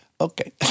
Okay